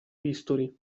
bisturi